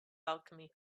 alchemy